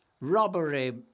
Robbery